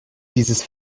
dieses